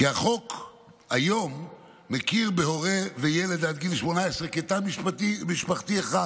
כי החוק היום מכיר בהורה וילד עד גיל 18 כתא משפחתי אחד